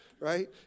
right